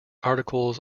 articles